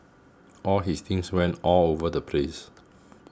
all his things went all over the place